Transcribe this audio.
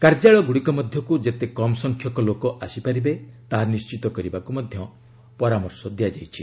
କାର୍ଯ୍ୟାଳୟଗୁଡ଼ିକ ମଧ୍ୟକୁ ଯେତେ କମ୍ ସଂଖ୍ୟକ ଲୋକ ଆସିପାରିବେ ତାହା ନିଣ୍ଚିତ କରିବାକୁ ମଧ୍ୟ ପରାମର୍ଶ ଦିଆଯାଇଛି